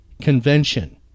convention